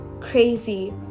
crazy